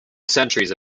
centuries